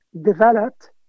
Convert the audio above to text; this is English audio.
developed